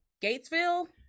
Gatesville